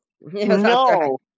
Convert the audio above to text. no